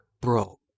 bro